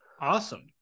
Awesome